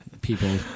people